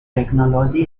technology